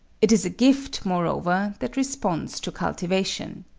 it is a gift, moreover, that responds to cultivation.